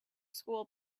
school